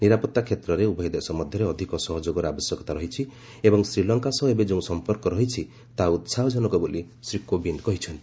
ନିରାପତ୍ତା କ୍ଷେତ୍ରରେ ଉଭୟ ଦେଶ ମଧ୍ୟରେ ଅଧିକ ସହଯୋଗର ଆବଶ୍ୟକତା ରହିଛି ଏବଂ ଶ୍ରୀଲଙ୍କା ସହ ଏବେ ଯେଉଁ ସମ୍ପର୍କ ରହିଛି ତାହା ଉସାହଜନକ ବୋଲି ଶ୍ରୀ କୋବିନ୍ଦ କହିଛନ୍ତି